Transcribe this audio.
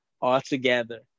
altogether